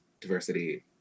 diversity